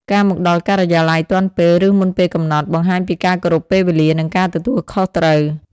ការមកដល់ការិយាល័យទាន់ពេល ឬមុនពេលកំណត់ បង្ហាញពីការគោរពពេលវេលា និងការទទួលខុសត្រូវ។